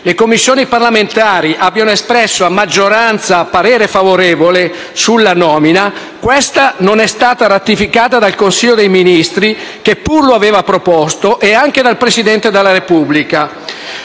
le Commissioni parlamentari abbiano espresso a maggioranza parere favorevole sulla nomina, questa non è stata ratificata dal Consiglio dei ministri, che pur lo aveva proposto, e dal Presidente della Repubblica.